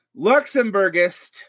Luxembourgist